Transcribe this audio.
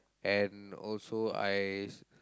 and also I